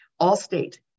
Allstate